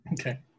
Okay